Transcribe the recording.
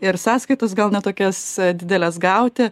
ir sąskaitas gal ne tokias dideles gauti